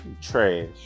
trash